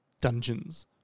Dungeons